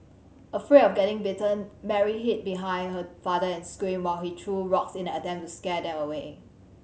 afraid of getting bitten Mary hid behind her father and screamed while he threw rocks in an attempt to scare them away